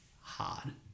hard